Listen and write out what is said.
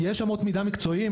יש אמות מידה מקצועיות,